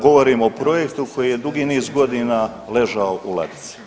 Govorim o projektu koji je dugi niz godina ležao u ladici.